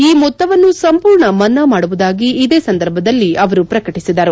ಈ ಮೊತ್ತವನ್ನು ಸಂಪೂರ್ಣ ಮನ್ನಾ ಮಾಡುವುದಾಗಿ ಇದೇ ಸಂದರ್ಭದಲ್ಲಿ ಅವರು ಪ್ರಕಟಿಸಿದರು